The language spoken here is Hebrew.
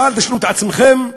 אל תשלו את עצמכם,